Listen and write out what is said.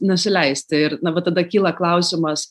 nusileisti ir na va tada kyla klausimas